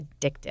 addictive